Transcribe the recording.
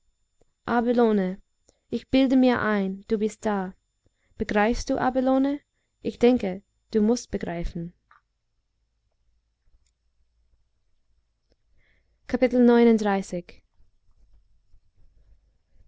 ich bilde mir ein du bist da begreifst du abelone ich denke du mußt begreifen